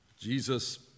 Jesus